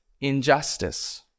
injustice